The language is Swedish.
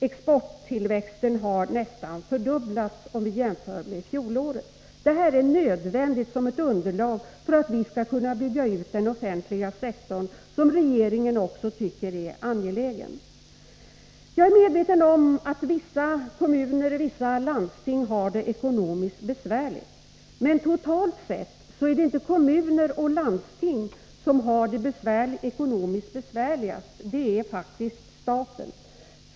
Exporttillväxten har nästan fördubblats jämfört med fjolåret. Detta är nödvändigt såsom ett underlag för att vi skall kunna bygga ut den offentliga sektorn, vilket regeringen tycker är angeläget. Jag är medveten om att vissa kommuner och landsting har det ekonomiskt besvärligt. Men totalt sett är det inte kommuner och landsting som har det ekonomiskt besvärligast, utan det är faktiskt staten.